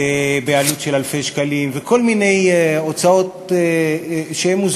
בעלות של אלפי שקלים, וכל מיני הוצאות מוזרות.